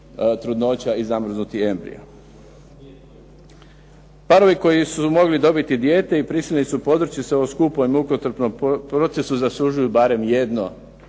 trudnoća i zamrznutih embrija. Parovi koji su mogli dobiti dijete i prisiljeni su podvrći se ovom skupom i mukotrpnom procesu zaslužuje barem jedno,